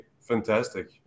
fantastic